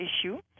issue